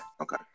okay